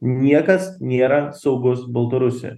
niekas nėra saugus baltarusijoj